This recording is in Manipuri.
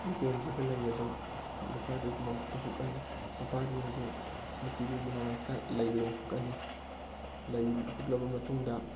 ꯂꯦꯡꯈꯤꯕ ꯂꯩ ꯑꯗꯨ ꯅꯨꯄꯥꯗꯨꯒꯤ ꯃꯉꯛꯇ ꯍꯨꯛꯑꯅꯤ ꯅꯨꯄꯥꯗꯨꯅꯁꯨ ꯅꯨꯄꯤꯗꯨꯒꯤ ꯃꯉꯛꯇ ꯂꯩ ꯑꯣꯏꯅ ꯍꯨꯛꯀꯅꯤ ꯂꯩ ꯍꯨꯛꯂꯕ ꯃꯇꯨꯡꯗ